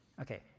Okay